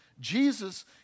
Jesus